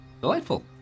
Delightful